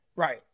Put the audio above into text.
Right